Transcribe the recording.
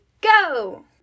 go